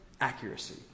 accuracy